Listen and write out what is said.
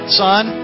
son